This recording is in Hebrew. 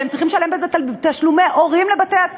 והם צריכים לשלם בזה תשלומי הורים לבתי-הספר.